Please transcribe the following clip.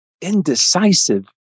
indecisive